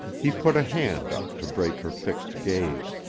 he put a hand up to break her fixed gaze.